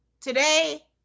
Today